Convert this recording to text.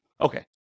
Okay